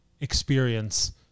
experience